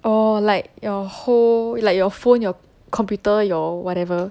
orh like your whole you like your phone your computer your whatever